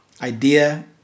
idea